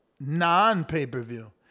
non-pay-per-view